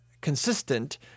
consistent